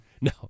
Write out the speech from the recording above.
No